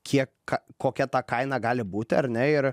kiek kokia ta kaina gali būti ar ne ir